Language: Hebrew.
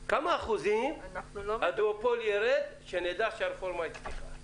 בכמה אחוזים הדואופול ירד שנדע שהרפורמה הצליחה,